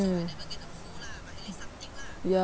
mm ya